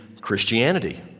Christianity